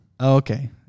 Okay